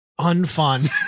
unfun